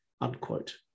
Unquote